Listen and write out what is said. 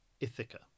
Ithaca